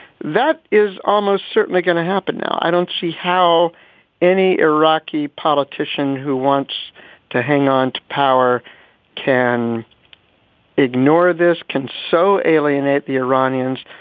that is almost certainly going to happen now. i don't see how any iraqi politician who wants to hang on to power can ignore this, can so alienate the iranians,